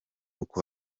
uko